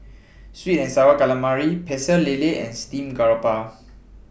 Sweet and Sour Calamari Pecel Lele and Steamed Garoupa